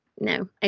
No